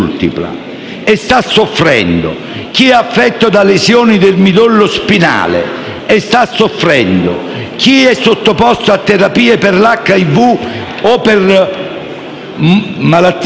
chi è affetto da lesioni del midollo spinale e sta soffrendo, chi è sottoposto a terapie per l'HIV o per malattie tumorali e